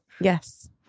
Yes